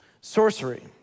Sorcery